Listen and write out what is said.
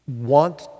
want